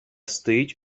стоїть